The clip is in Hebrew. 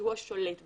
כי הוא השולט במידע,